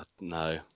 no